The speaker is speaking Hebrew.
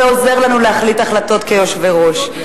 ועוזר לנו להחליט החלטות כיושבי-ראש.